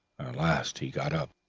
last he got up,